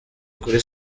kuri